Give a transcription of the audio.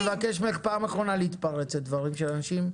אני מבקש ממך פעם אחרונה לא להתפרץ לדברים של אנשים.